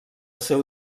seu